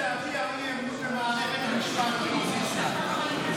להעביר לוועדה את הצעת חוק העונשין (תיקון,